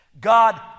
God